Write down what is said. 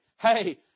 Hey